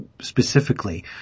specifically